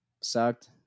sucked